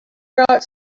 brought